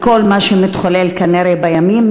בכל מה שמתחולל כנראה בימין,